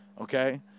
Okay